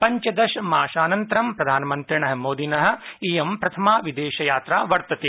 पञ्चदश मासानन्तरं प्रधानमन्त्रिणः मोदिनः इयं प्रथमा विदेशयात्रा वर्तते